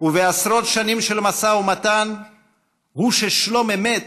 ובעשרות שנים של משא ומתן הוא ששלום אמת